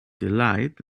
delight